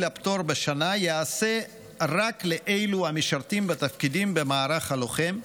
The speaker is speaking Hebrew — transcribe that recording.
הפטור בשנה תיעשה רק לאלו המשרתים בתפקידים במערך הלוחם,